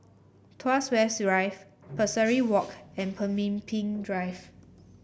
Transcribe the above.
Tuas West Drive Pesari Walk and Pemimpin Drive